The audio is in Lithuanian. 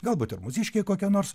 galbūt ir mūsiškė kokia nors